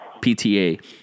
pta